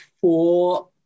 four